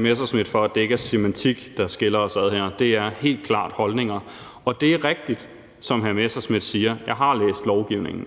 Messerschmidt, at det ikke er semantik, der skiller os ad her; det er helt klart holdninger. Og det er rigtigt, som hr. Morten Messerschmidt siger, for jeg har læst lovgivningen,